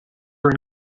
are